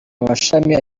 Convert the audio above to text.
amashami